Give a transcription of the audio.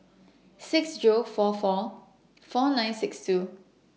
six Zero four four four nine six two